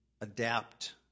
adapt